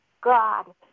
God